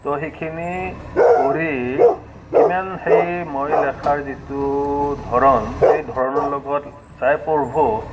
তো সেইখিনি পঢ়ি কিমান সেই মই লেখাৰ যিটো ধৰণ সেই ধৰণৰ লগত যিয়ে পঢ়িব